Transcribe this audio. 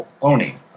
owning